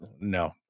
No